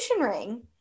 ring